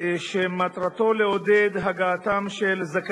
בעוד שלושה